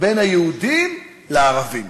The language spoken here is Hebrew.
בין היהודים לערבים.